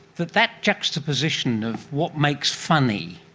that that juxtaposition of what makes funny,